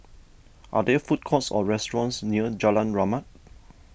are there food courts or restaurants near Jalan Rahmat